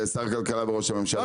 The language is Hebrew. זו הערה עבור שר הכלכלה וראש הממשלה.